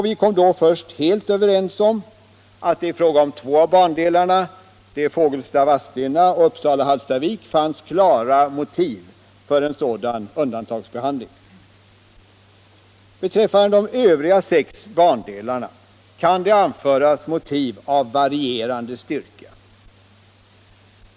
Vi kom först helt överens om att det i fråga om två av bandelarna — Fågelsta-Vadstena och Uppsala-Hallstavik — fanns klara motiv för en sådan undantagsbehandling. Vad beträffar de övriga sex bandelarna kan det anföras motiv av varierande styrka.